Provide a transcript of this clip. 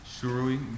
Surely